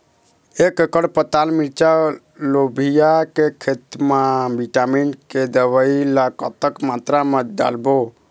एक एकड़ पताल मिरचा लोबिया के खेत मा विटामिन के दवई ला कतक मात्रा म डारबो?